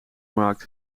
markt